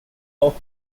off